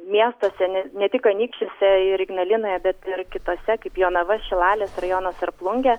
miestuose ne ne tik anykščiuose ir ignalinoje bet ir kituose kaip jonava šilalės rajonas ar plungė